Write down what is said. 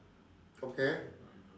okay